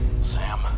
Sam